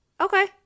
Okay